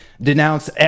denounce